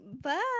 bye